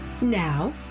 Now